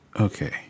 Okay